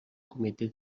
comitè